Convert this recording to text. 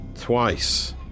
Twice